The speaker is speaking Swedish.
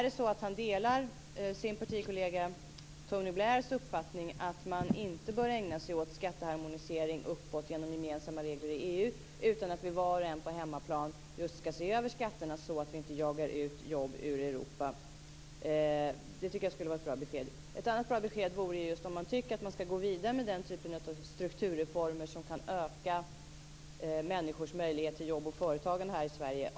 Delar finansministern sin partikollega Tony Blairs uppfattning att man inte bör ägna sig åt skatteharmonisering uppåt genom gemensamma regler i EU, utan att vi var och en på hemmaplan ska se över skatterna så att vi inte jagar ut jobb ur Europa? Det tycker jag skulle vara ett bra besked. Ett annat bra besked vore att man tycker att man ska gå vidare med den typ av strukturreformer som kan öka människors möjligheter till jobb och företagande här i Sverige.